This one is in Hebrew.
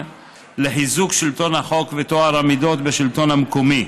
לחיזוק שלטון החוק וטוהר המידות בשלטון המקומי.